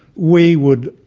we would,